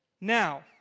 now